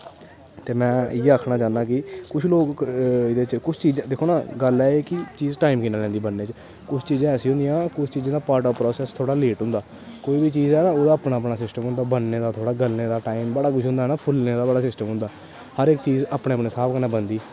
ते में इ'यै आक्खना चाह्न्नां कि कुछ लोक एह्दे च कुछ चीजां दिक्खो ना गल्ल ऐ कि चीज टाइम किन्ना लैंदी बनने च कुछ चीजां ऐसियां होदियां कुछ चीजें दा पार्ट आफ प्रासेस थोह्ड़ा लेट होंदा कोई बी चीज ऐ ना ओह्दा अपना अपना सिस्टम होंदा बनने दा थोह्ड़ा गलने दा टाइम बड़ा कुछ होंदा ना फुल्लने दा बड़ा सिस्टम होंदा हर इक चीज अपने अपने स्हाब कन्नै बनदी